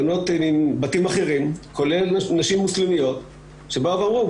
בנות מבתים אחרים כולל נשים מוסלמיות שבאו ואמרו,